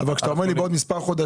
אבל כשאתה אומר לי בעוד מספר חודשים,